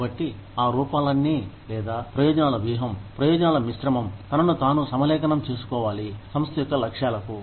కాబట్టి ఆ రూపాలన్నీ లేదా ప్రయోజనాల వ్యూహం ప్రయోజనాల మిశ్రమం తనను తాను సమలేఖనం చేసుకోవాలి సంస్థ యొక్క లక్ష్యాలకు